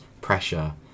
pressure